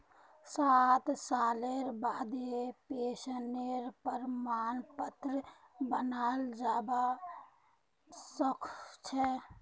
साठ सालेर बादें पेंशनेर प्रमाण पत्र बनाल जाबा सखछे